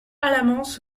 alamans